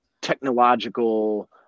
technological